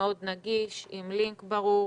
הוא מאוד נגיש עם לינק ברור.